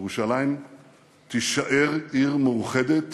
ירושלים תישאר עיר מאוחדת